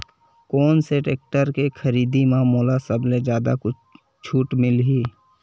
कोन से टेक्टर के खरीदी म मोला सबले जादा छुट मिलही?